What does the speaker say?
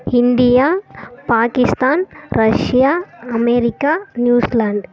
India Pakistan Russia America New Zealand